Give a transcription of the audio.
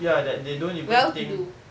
ya that they don't even think